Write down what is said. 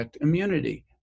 immunity